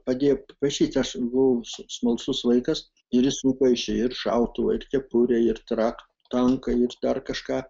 padėjo paišyti aš buvau smalsus vaikas ir jis nupašė ir šautuvą ir kepurę ir traką tanką ir dar kažką